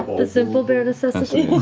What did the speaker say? the simple bare necessities.